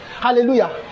Hallelujah